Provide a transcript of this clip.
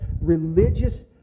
religious